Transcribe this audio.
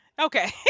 okay